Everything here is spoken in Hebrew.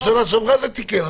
גם בשנה שעברה זה תיקן.